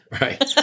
right